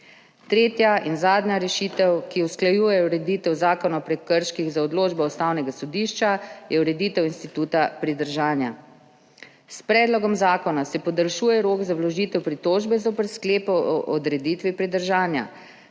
Tretja in zadnja rešitev, ki usklajuje ureditev Zakona o prekrških z odločbo Ustavnega sodišča, je ureditev instituta pridržanja. S predlogom zakona se podaljšuje rok za vložitev pritožbe zoper sklep o odreditvi pridržanja.